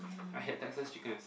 I had Texas chicken as